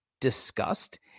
discussed